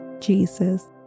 Jesus